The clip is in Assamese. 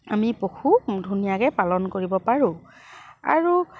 আমি পশু ধুনীয়াকৈ পালন কৰিব পাৰো আৰু